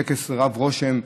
טקס רב-רושם,